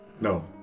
No